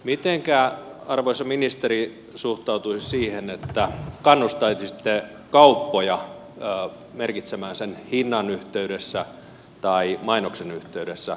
mitenkä arvoisa ministeri suhtautuisi siihen että kannustaisitte kauppoja merkitsemään sen hinnan yhteydessä tai mainoksen yhteydessä